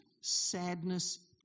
Sadness